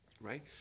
Right